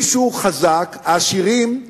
מי שהוא חזק, העשירים,